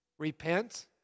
Repent